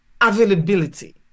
availability